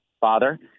father